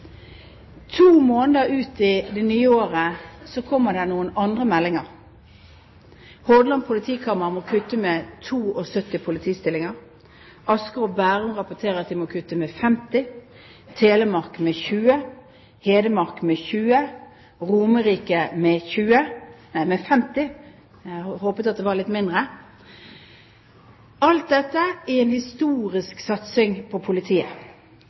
To måneder ut i det nye året kommer det noen andre meldinger. Hordaland politikammer må kutte med 72 politistillinger. Asker og Bærum rapporterer at de må kutte med 50, Telemark med 20, Hedmark med 20, Romerike med 20 – nei, med 50, jeg hadde håpet at det var litt mindre. Alt dette er en historisk satsing på politiet.